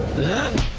then